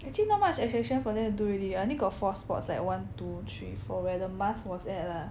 actually not much extraction for them to do already I only got four spots like one two three four where the mask was at lah